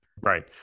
Right